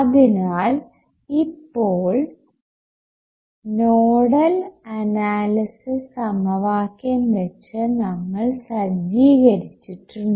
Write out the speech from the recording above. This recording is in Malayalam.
അതിനാൽ ഇപ്പോൾ നോഡൽ അനാലിസിസ് സമവാക്യം വെച്ച് നമ്മൾ സജ്ജീകരിച്ചിട്ടുണ്ട്